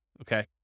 okay